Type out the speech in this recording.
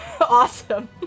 Awesome